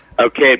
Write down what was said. Okay